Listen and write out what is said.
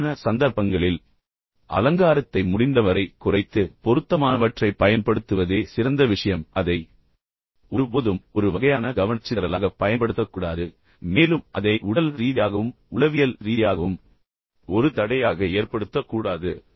முறையான சந்தர்ப்பங்களில் அலங்காரத்தை முடிந்தவரை குறைத்து பொருத்தமானவற்றைப் பயன்படுத்துவதே சிறந்த விஷயம் அதை ஒருபோதும் ஒரு வகையான கவனச்சிதறலாகப் பயன்படுத்தக்கூடாது மேலும் அதை உடல் ரீதியாகவும் உளவியல் ரீதியாகவும் ஒரு தடையாக ஏற்படுத்த கூடாது